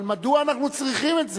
אבל מדוע אנחנו צריכים את זה?